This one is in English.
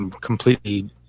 completely